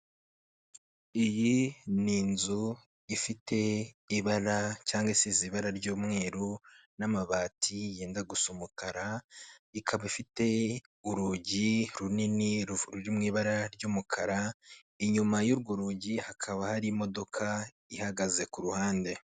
Iyi ni inzu ifite ibara cyangwa isize ibara ry'umweru n'amabati yenda gusa umukara, ikaba ifite urugi runini ruri mu ibara ry'umukara inyuma y'urwo rugi hakaba hari imodoka ihagaze ku ruhande.